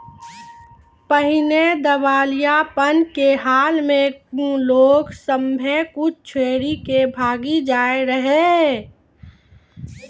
पहिने दिबालियापन के हाल मे लोग सभ्भे कुछो छोरी के भागी जाय रहै